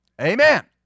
Amen